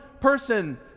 person